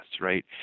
right